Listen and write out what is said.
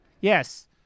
yes